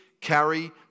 carry